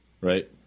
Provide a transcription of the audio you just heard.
right